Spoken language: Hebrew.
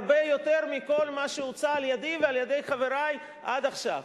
הרבה יותר מכל מה שהוצע על-ידי ועל-ידי חברי עד עכשיו.